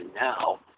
now